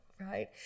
right